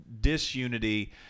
disunity